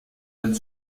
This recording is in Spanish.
del